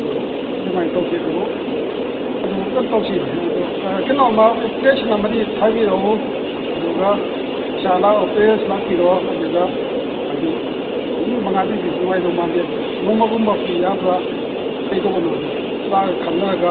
ꯑꯗꯨ ꯑꯗꯨꯃꯥꯏꯅ ꯇꯧꯁꯦ ꯑꯗꯨꯕꯨ ꯑꯗꯨ ꯀꯩꯅꯣꯇꯧꯁꯤ ꯑꯗꯣ ꯀꯩꯅꯣꯃ ꯑꯦꯄ꯭ꯂꯤꯀꯦꯁꯟ ꯑꯃꯗꯤ ꯊꯥꯕꯤꯔꯛꯎ ꯑꯗꯨꯒ ꯏꯁꯥ ꯂꯥꯛꯑꯣ ꯄꯦꯔꯦꯟꯁ ꯂꯥꯛꯄꯤꯔꯣ ꯑꯗꯨꯒ ꯍꯥꯏꯗꯤ ꯅꯨꯃꯤꯠ ꯃꯉꯥꯅꯤꯗꯨꯗꯤ ꯅꯨꯡꯉꯥꯏꯗꯧ ꯃꯥꯟꯗꯦ ꯑꯗꯨ ꯅꯣꯡꯃꯒꯨꯝꯕ ꯄꯤ ꯌꯥꯕ꯭ꯔꯥ ꯀꯩꯇꯧꯕꯅꯣꯗꯣ ꯃꯥꯒ ꯈꯟꯅꯔꯒ